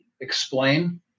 explain